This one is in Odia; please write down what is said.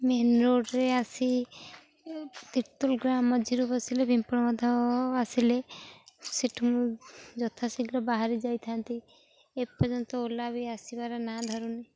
ମେନ୍ ରୋଡ଼ରେ ଆସି ତିର୍ତୋଲ ଗାଁ ମଝିରୁ ବସିଲେ ପିମ୍ପଳବଧ ଆସିଲେ ସେଠୁ ମୁଁ ଯଥା ଶୀଘ୍ର ବାହାରି ଯାଇଥାନ୍ତି ଏପର୍ଯ୍ୟନ୍ତ ଓଲା ବି ଆସିବାର ନା ଧାରୁନି